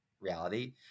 reality